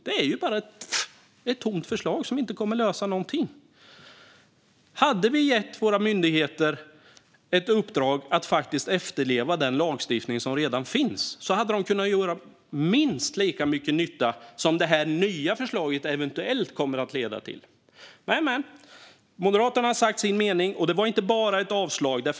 Det är bara ett tomt förslag som inte kommer att lösa någonting. Hade vi gett våra myndigheter ett uppdrag att faktiskt efterleva den lagstiftning som redan finns hade de kunnat göra minst lika mycket nytta som det nya förslaget eventuellt kommer att leda till. Men, men, Moderaterna har sagt sin mening, och det var inte bara ett avslag.